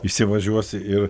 įsivažiuos ir